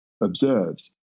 observes